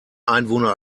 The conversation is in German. einwohner